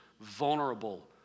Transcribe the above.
vulnerable